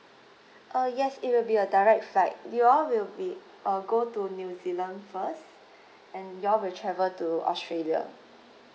uh yes it will be a direct flight you all will be uh go to new zealand first and you all will travel to australia